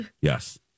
yes